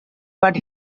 but